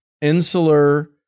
insular